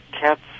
cats